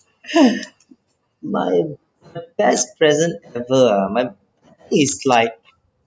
my my best present ever ah my I think it's like